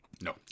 No